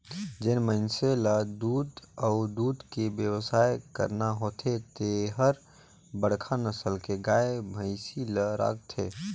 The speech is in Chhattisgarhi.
जेन मइनसे ल दूद अउ दूद के बेवसाय करना होथे ते हर बड़खा नसल के गाय, भइसी ल राखथे